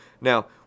Now